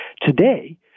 Today